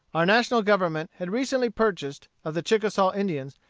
our national government had recently purchased, of the chickasaw indians,